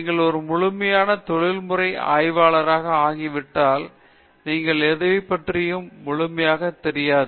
நீங்கள் ஒரு முழுமையான தொழில்முறை ஆய்வாளராக ஆகிவிட்டால் நீங்கள் எதுவும் பற்றி முழுமையாக தெரியாது